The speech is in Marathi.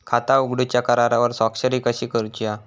खाता उघडूच्या करारावर स्वाक्षरी कशी करूची हा?